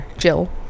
Jill